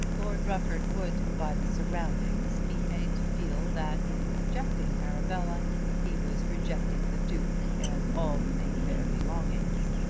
lord rufford would by the surroundings be made to feel that in rejecting arabella he was rejecting the duke and all the mayfair belongings,